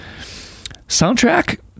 Soundtrack